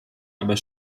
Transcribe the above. aber